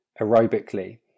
aerobically